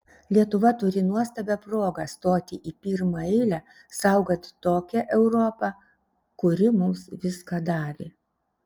lietuva turi nuostabią progą stoti į pirmą eilę saugant tokią europą kuri mums viską davė